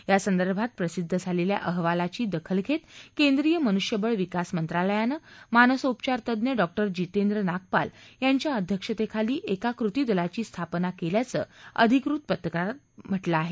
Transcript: या संदर्भात प्रसिध्द झालेल्या अहवालाची दखल घेत केंद्रीय मनुष्यबळ विकास मंत्रालयानं मानसोपचार तज्ञ डॉक्टर जितेंद्र नागपाल यांच्या अध्यक्षतेखाली एका कृतीदलाची स्थापना केल्याचं अधिकृत पत्रकात म्हटलं आहे